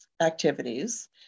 activities